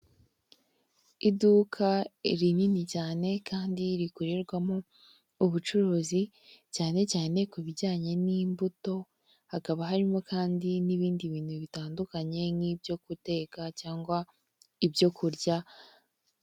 Iduka rinini cyane kandi rikorerwamo ubucuruzi cyane cyane ku bijyanye n'imbuto hakaba harimo kandi n'ibindi bintu bitandukanye nk'ibyo guteka cyangwa ibyo kurya.